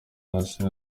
hasi